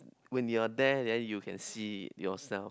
when you are there then you can see yourself